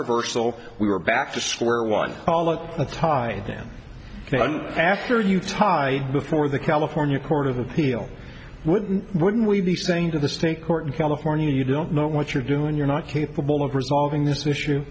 reversal we were back to square one call it a tie then after you tie before the california court of appeal with would we be saying to the state court in california you don't know what you're doing you're not capable of resolving this issue